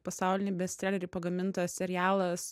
pasaulinį bestselerį pagamintas serialas